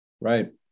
Right